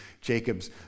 Jacob's